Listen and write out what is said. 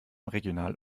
regional